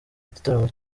igitaramo